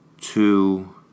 Two